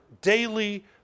daily